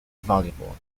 valuable